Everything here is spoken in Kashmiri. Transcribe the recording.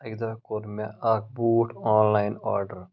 اَکہِ دۄہ کوٚر مےٚ اَکھ بوٗٹھ آنلاین آرڈَر